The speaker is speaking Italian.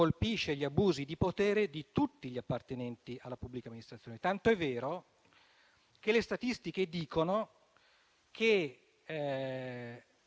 colpisce gli abusi di potere di tutti gli appartenenti alla pubblica amministrazione, tant'è vero che le statistiche dicono che